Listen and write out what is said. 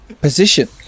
position